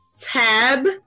Tab